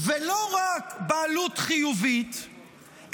ולא רק בעלות חיובית,